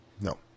No